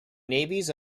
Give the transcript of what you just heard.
navies